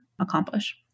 accomplish